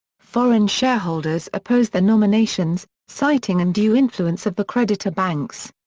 foreign shareholders oppose the nominations, citing undue influence of the creditor banks.